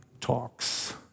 talks